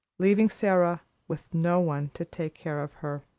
leaving sara, with no one to take care of her.